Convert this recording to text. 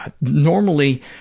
normally